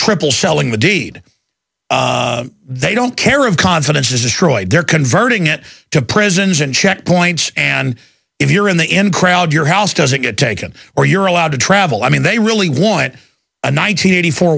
triple selling the deed they don't care of confidence is destroyed their converting it to prisons and checkpoints and if you're in the in crowd your house doesn't get taken or you're allowed to travel i mean they really want a nineteen eighty four